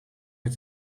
met